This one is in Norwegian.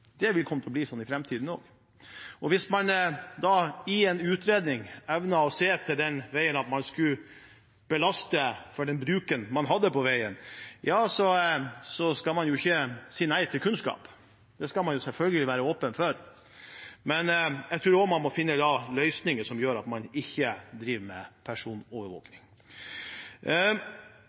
til å bli sånn i framtiden også. Hvis man i en utredning evner å se hvordan man skal belaste for den bruken man har på veien, skal man jo ikke si nei til kunnskap. Det skal man selvfølgelig være åpen for. Men jeg tror også man må finne løsninger som gjør at man ikke driver med